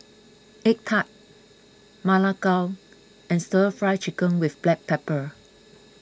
Egg Tart Ma Lai Gao and Stir Fry Chicken with Black Pepper